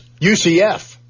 UCF